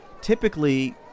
Typically